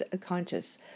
conscious